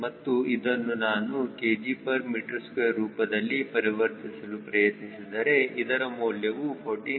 ಮತ್ತು ಇದನ್ನು ನಾನು kgm2 ರೂಪದಲ್ಲಿ ಪರಿವರ್ತಿಸಲು ಪ್ರಯತ್ನಿಸಿದರೆ ಇದರ ಮೌಲ್ಯವು 49